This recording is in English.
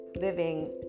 Living